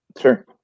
Sure